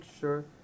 sure